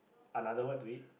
another word to it